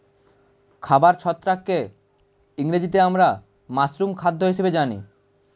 খাবার ছত্রাককে ইংরেজিতে আমরা মাশরুম খাদ্য হিসেবে জানি